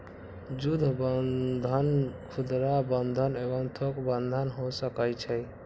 जुद्ध बन्धन खुदरा बंधन एवं थोक बन्धन हो सकइ छइ